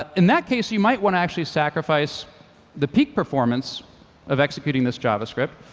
in that case, you might want to actually sacrifice the peak performance of executing this javascript